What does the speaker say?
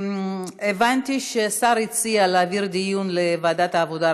הבנתי שהשר הציע להעביר את הדיון לוועדת העבודה,